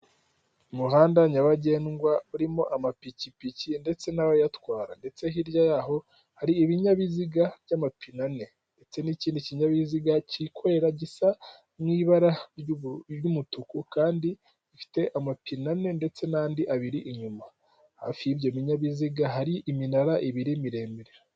Umuhanda nyabagendwa urimo amapikipiki ndetse n'abayatwara, ndetse hirya yaho hari ibinyabiziga by'amapine ane ndetse n'ikindi kinyabiziga kikorera gisa nk'ibara ry'umutuku kandi gifite amapine ane ndetse n'andi abiri inyuma, hafi y'ibyo binyabiziga hari iminara ibiri miremire.